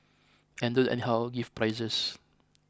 and don't anyhow give prizes